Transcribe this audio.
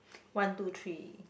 one two three